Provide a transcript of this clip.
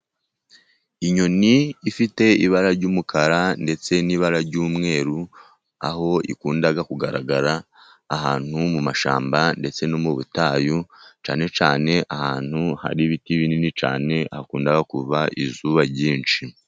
Inyoni ifite ibara ry'umukara, ndetse n'ibara ry'umweru, aho ikunda kugaragara ahantu mu mashyamba ndetse no mu butayu, cyane cyane ahantu hari ibiti binini cyane hakunda kuva izuba ryinshi.